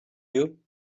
you